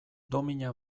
domina